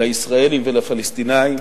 לישראלים ולפלסטינים,